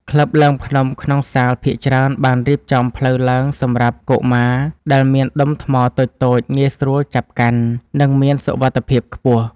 ក្លឹបឡើងភ្នំក្នុងសាលភាគច្រើនបានរៀបចំផ្លូវឡើងសម្រាប់កុមារ ដែលមានដុំថ្មតូចៗងាយស្រួលចាប់កាន់ និងមានសុវត្ថិភាពខ្ពស់។